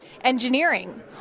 engineering